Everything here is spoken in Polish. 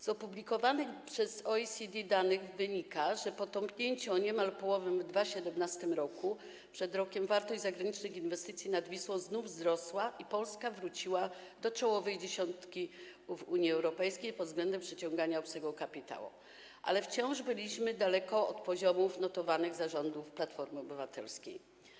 Z opublikowanych przez OECD danych wynika, że po tąpnięciu o niemal połowę w 2017 r. przed rokiem wartość zagranicznych inwestycji nad Wisłą znów wzrosła i Polska wróciła do czołowej dziesiątki w Unii Europejskiej pod względem przyciągania obcego kapitału, ale wciąż byliśmy daleko od poziomów notowanych za rządów Platformy Obywatelskiej.